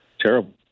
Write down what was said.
terrible